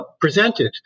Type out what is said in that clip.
presented